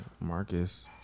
Marcus